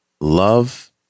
love